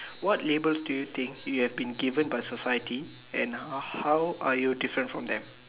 what labels do you think you have been given by society and how are you different from them